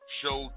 show